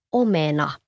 omena